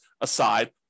aside